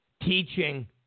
teaching